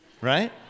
right